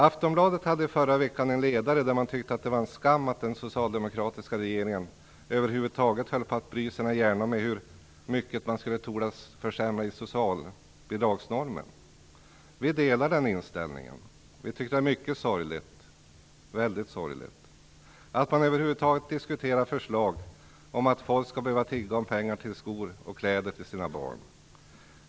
Aftonbladet hade i förra veckan en ledare där tidningen tyckte att det var en skam att man i den socialdemokratiska regeringen över huvud taget höll på att bry sina hjärnor med hur mycket man skulle tordas försämra i socialbidragsnormen. Vi delar den inställningen. Vi tycker att det är mycket sorgligt att man över huvud taget diskuterar förslag om att folk skall behöva tigga pengar till skor och kläder till sina barn.